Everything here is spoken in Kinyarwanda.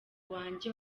wanjye